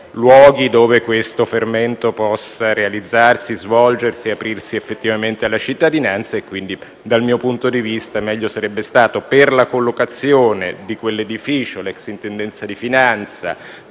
luoghi dove tale fermento possa realizzarsi, svolgersi, aprirsi effettivamente alla cittadinanza. Quindi, dal mio punto di vista, meglio sarebbe stato, per la collocazione di quell'edificio (l'ex Intendenza di finanza)